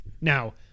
Now